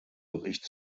bericht